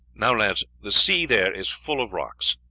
now, lads, the sea there is full of rocks,